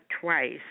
twice